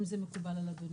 אם זה מקובל על אדוני.